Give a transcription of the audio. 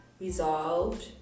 resolved